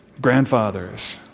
Grandfathers